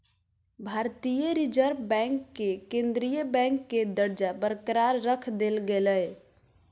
भारतीय reserve bank के केंद्रीय बैंक के दर्जा बरकरार रख देल गेलय